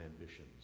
ambitions